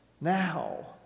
now